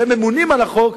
שהם ממונים על החוק,